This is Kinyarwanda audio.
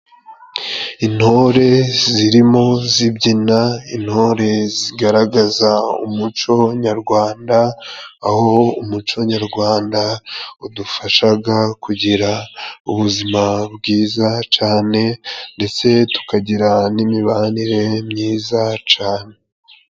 Intore zirimo zibyina, intore zigaragaza umuco nyarwanda aho umuco nyarwanda wadufashaga kugira ubuzima bwiza cane ndetse tukagira n'imibanire myiza cane.